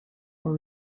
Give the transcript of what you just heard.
for